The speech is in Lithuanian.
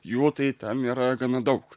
jų tai ten yra gana daug